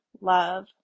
love